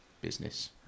business